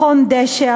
מכון דש"א,